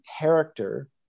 character